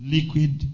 Liquid